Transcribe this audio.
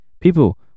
people